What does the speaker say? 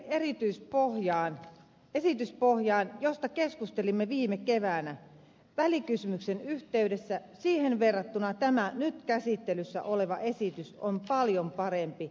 verrattuna siihen esityspohjaan josta keskustelimme viime keväänä välikysymyksen yhteydessä tämä nyt käsittelyssä oleva esitys on paljon parempi